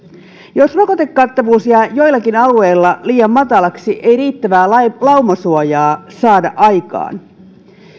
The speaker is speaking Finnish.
jos rokotekattavuus jää joillakin alueilla liian matalaksi ei riittävää laumasuojaa saada aikaan